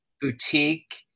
boutique